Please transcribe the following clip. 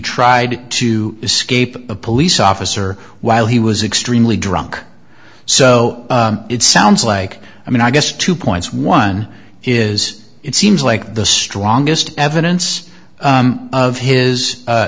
tried to escape a police officer while he was extremely drunk so it sounds like i mean i guess two points one is it seems like the strongest evidence of his